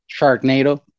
Sharknado